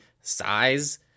Size